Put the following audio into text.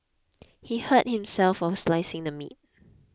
he hurt himself while slicing the meat